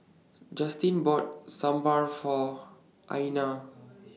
Justin bought Sambar For Aiyana